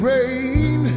Rain